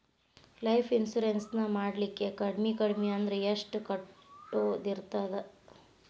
Life insurance ನ ಮಾಡ್ಲಿಕ್ಕೆ ಕಡ್ಮಿ ಕಡ್ಮಿ ಅಂದ್ರ ಎಷ್ಟ್ ಕಟ್ಟೊದಿರ್ತದ?